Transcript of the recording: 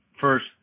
First